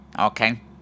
Okay